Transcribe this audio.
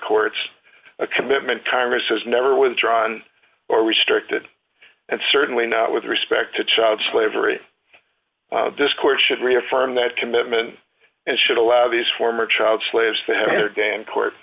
courts a commitment congress has never withdrawn or restricted and certainly not with respect to child slavery discourse should reaffirm that commitment and should allow these former child slaves to have their day in court